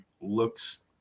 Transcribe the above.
looks